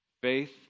Faith